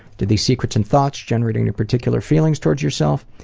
do these secrets and thoughts generate any particular feelings towards yourself?